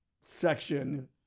section